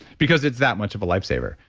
because it's that much of a life saver.